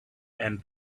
and